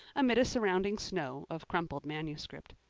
amid a surrounding snow of crumpled manuscript.